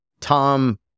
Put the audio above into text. Tom